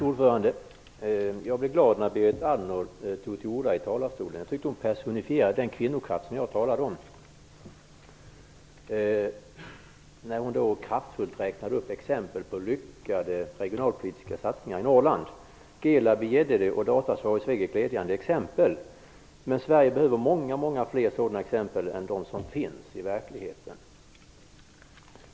Fru talman! Jag blev glad när Berit Andnor tog till orda i talarstolen. Jag tyckte att hon personifierade den kvinnokraft jag talade om när hon kraftfullt räknade upp exempel på lyckade regionalpolitiska satsningar i Norrland. Gelab i Gäddede och Datasvar i Sveg är glädjande exempel, men Sverige behöver många fler sådana exempel än dem som finns i verkligheten.